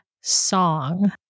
song